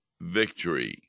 victory